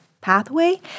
Pathway